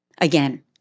again